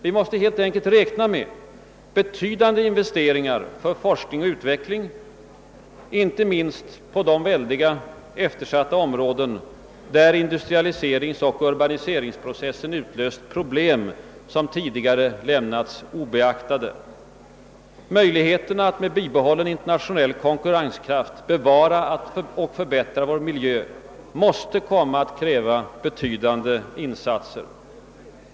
Vi måste helt enkelt räkna med betydande investeringar för forskning och utveckling, inte minst på de väldiga, eftersatta områden, där industrialiseringsoch urbaniseringsprocessen utlöst problem, som tidigare lämnats obeaktade. Strävandena att med bibehållen internationell konkurrenskraft bevara och förbättra vår miljö måste komma att kräva betydande insatser.